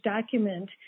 document